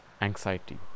anxiety